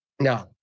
No